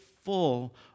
full